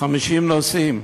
50 נוסעים?